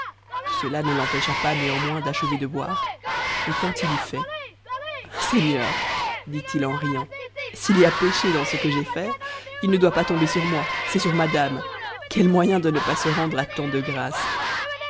cela ne l'empêcha pas néanmoins d'achever de boire et quand il eut fait seigneur dit-il en riant s'il y a péché dans t'e que j'ai fait il ne doit pas tomber sur moi c'est sur madame quel moyen de ne pas se rendre à tant de grâces